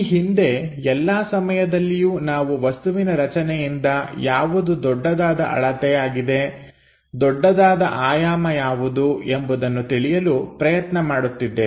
ಈ ಹಿಂದೆ ಎಲ್ಲಾ ಸಮಯದಲ್ಲಿಯೂ ನಾವು ವಸ್ತುವಿನ ರಚನೆಯಿಂದ ಯಾವುದು ದೊಡ್ಡದಾದ ಅಳತೆ ಆಗಿದೆ ದೊಡ್ಡದಾದ ಆಯಾಮ ಯಾವುದು ಎಂಬುದನ್ನು ತಿಳಿಯಲು ಪ್ರಯತ್ನ ಮಾಡುತ್ತಿದ್ದೆವು